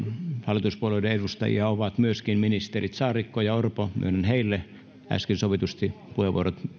hallituspuolueiden edustajia ovat myöskin ministerit saarikko ja orpo myönnän heille äsken sovitusti puheenvuorot